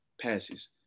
passes